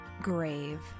Grave